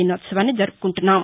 దినోత్సవాన్ని జరుపుకుంటున్నాం